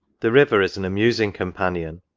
the river is an amusing companion,